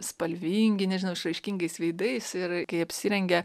spalvingi nežinau išraiškingais veidais ir kai jie apsirengia